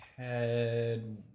Head